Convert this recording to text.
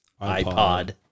iPod